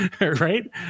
Right